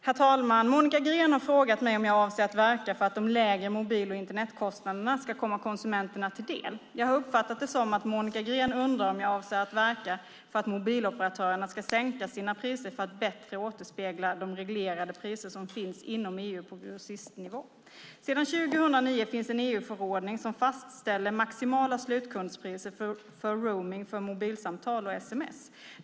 Herr talman! Monica Green har frågat mig om jag avser att verka för att de lägre mobil och Internetkostnaderna ska komma konsumenterna till del. Jag har uppfattat det som att Monica Green undrar om jag avser att verka för att mobiloperatörerna ska sänka sina priser för att bättre återspegla de reglerade priser som finns inom EU på grossistnivå. Sedan 2009 finns en EU-förordning som fastställer maximala slutkundspriser för roaming för mobilsamtal och sms.